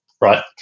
right